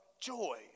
joy